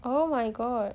oh my god